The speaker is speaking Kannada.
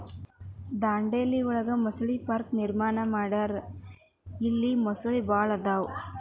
ದಾಂಡೇಲಿ ಒಳಗ ಮೊಸಳೆ ಪಾರ್ಕ ನಿರ್ಮಾಣ ಮಾಡ್ಯಾರ ಇಲ್ಲಿ ಮೊಸಳಿ ಭಾಳ ಅದಾವ